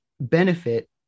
benefit